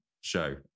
show